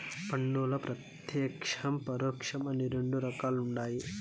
పన్నుల్ల ప్రత్యేక్షం, పరోక్షం అని రెండు రకాలుండాయి